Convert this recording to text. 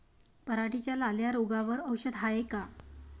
पराटीच्या लाल्या रोगावर औषध हाये का?